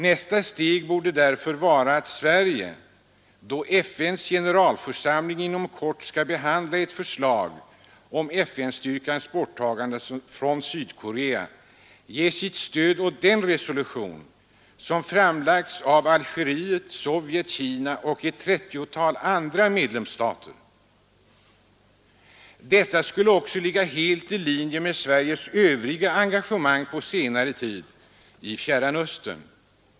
Nästa steg borde därför vara att Sverige, då FN:s generalförsamling inom kort behandlar ett förslag om FN:styrkans bortdragande från Sydkorea, ger sitt stöd åt den resolution som framlagts av Algeriet, Sovjet, Kina och ett 30-tal andra medlemsstater. Detta skulle också ligga helt i linje med Sveriges andra engagemang på senare tid i Fjärran Östern.